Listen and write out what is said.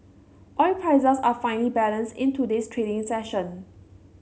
oil prices are finely balanced in today's trading session